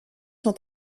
son